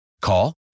Call